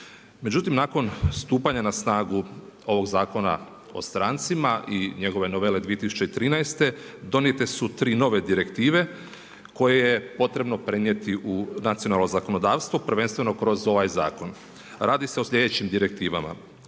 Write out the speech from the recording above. Međutim naklon stupanja na snagu ovog Zakona o strancima i njegove novele 2013. donijete su tri nove direktive koje je potrebno prenijeti u nacionalno zakonodavstvo, prvenstveno kroz ovaj zakon. Radi se o sljedećim direktivama,